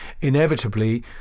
inevitably